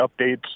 updates